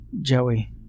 Joey